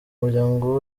umuryango